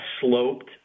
sloped